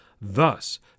Thus